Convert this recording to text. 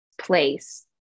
place